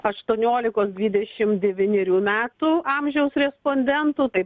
aštuoniolikos dvidešim devynerių metų amžiaus respondentų taip